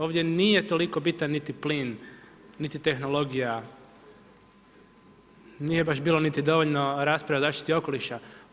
Ovdje nije toliko bitan niti plin, niti tehnologija, nije baš bilo niti dovoljno rasprave o zaštiti okoliša.